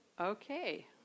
Okay